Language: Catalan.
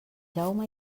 jaume